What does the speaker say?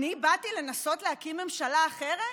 אני באתי לנסות להקים ממשלה אחרת.